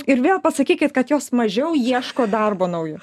ir vėl pasakykit kad jos mažiau ieško darbo naujo